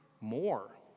more